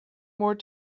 more